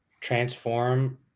transform